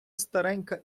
старенька